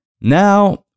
Now